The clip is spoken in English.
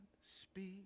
speak